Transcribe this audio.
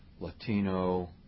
Latino